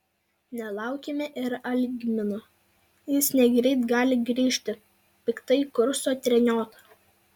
nelaukime ir algmino jis negreit gali grįžti piktai kursto treniota